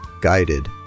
guided